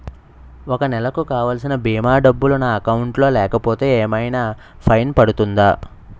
ఒక నెలకు కావాల్సిన భీమా డబ్బులు నా అకౌంట్ లో లేకపోతే ఏమైనా ఫైన్ పడుతుందా?